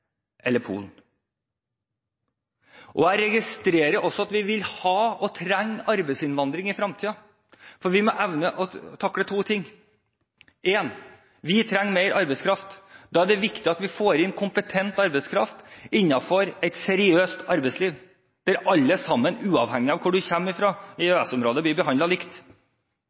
eller Polen. Jeg registrerer at vi vil ha – og trenger – arbeidsinnvandring også i fremtiden. Vi må evne å takle to ting. Én: Vi trenger mer arbeidskraft. Da er det viktig at vi får inn kompetent arbeidskraft innenfor et seriøst arbeidsliv, der alle, uavhengig av hvor i EØS-området de kommer fra, blir behandlet likt,